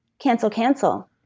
cancel cancel.